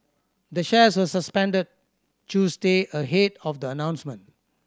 the shares were suspended Tuesday ahead of the announcement